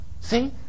See